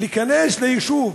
להיכנס ליישוב,